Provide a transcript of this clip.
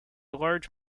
large